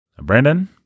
brandon